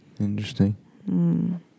interesting